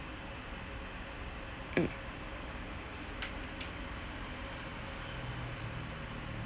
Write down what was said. mm